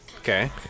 okay